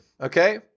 okay